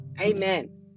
amen